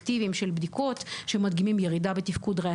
אני מקבל את הביקורת, תמיד יש מה לשפר בתחום הזה.